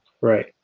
Right